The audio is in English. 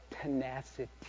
tenacity